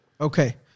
Okay